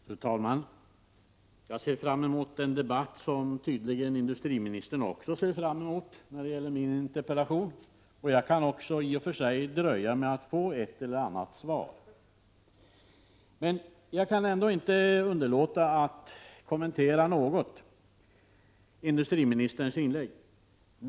Fru talman! Jag ser fram emot den debatt som tydligen också industriministern ser fram emot när det gäller min interpellation. Jag kan också i och för sig vänta med att få ett annat svar. Men jag kan ändå inte underlåta att något kommentera industriministerns inlägg.